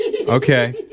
Okay